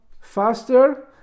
faster